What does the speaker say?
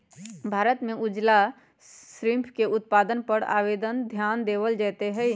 भारत में उजला श्रिम्फ के उत्पादन पर ज्यादा ध्यान देवल जयते हई